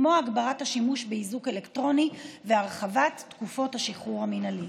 כמו הגברת השימוש באיזוק אלקטרוני והרחבת תקופות השחרור המינהלי.